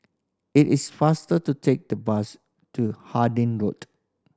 it is faster to take the bus to Harding Road